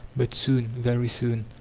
but soon, very soon.